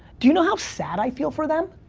do you know how sad i feel for them?